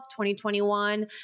2021